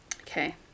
Okay